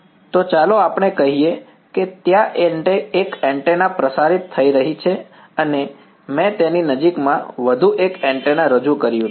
તો ચાલો આપણે કહીએ કે ત્યાં એક એન્ટેના પ્રસારિત થઈ રહી છે અને મેં તેની નજીકમાં વધુ એક એન્ટેના રજૂ કર્યું છે